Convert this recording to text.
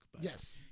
Yes